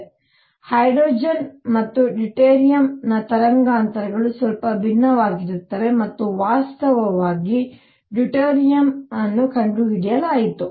ಆದ್ದರಿಂದ ಹೈಡ್ರೋಜನ್ ಮತ್ತು ಡ್ಯೂಟೇರಿಯಂನ ತರಂಗಾಂತರಗಳು ಸ್ವಲ್ಪ ಭಿನ್ನವಾಗಿರುತ್ತವೆ ಮತ್ತು ವಾಸ್ತವವಾಗಿ ಡ್ಯೂಟೇರಿಯಮ್deuterium ಅನ್ನು ಕಂಡುಹಿಡಿಯಲಾಯಿತು